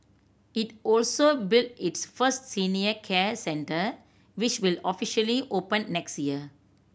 it also built its first senior care centre which will officially open next year